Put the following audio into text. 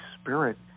Spirit